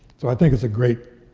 so i think it's a great